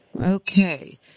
Okay